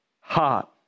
heart